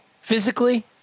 Physically